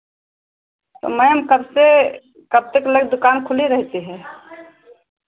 तो मैम कब से कब तक लगे दुकान खुली रहती है